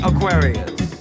Aquarius